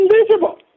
invisible